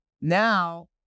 Now